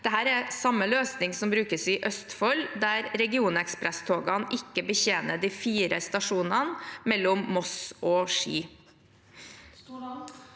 Det er samme løsning som brukes i Østfold, der regionekspresstogene ikke betjener de fire stasjonene mellom Moss og Ski.